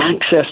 access